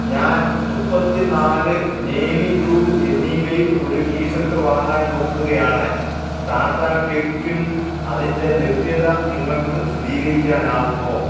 ഞാൻ മുപ്പത്തിനാല് navy blue എന്നിവയിൽ ഒരു ടിഷർട്ട് വാങ്ങാൻ നോക്കുകയാണ് ടാറ്റ ക്ലിക്കിൽ അതിൻ്റെ ലഭ്യത നിങ്ങൾക്ക് സ്ഥിതീകരിക്കാനാകുമോ